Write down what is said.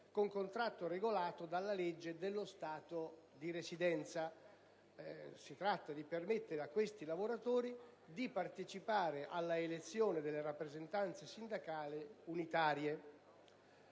con contratto regolato dalla legge dello Stato di residenza. Si tratta di permettere a questi lavoratori di partecipare alla elezione delle rappresentanze sindacali unitarie.